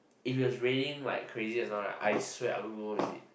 if it was raining like crazy just now I swear I will go home and sleep